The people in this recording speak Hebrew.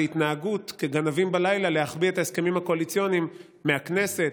התנהגות כגנבים בלילה להחביא את ההסכמים הקואליציוניים מהכנסת,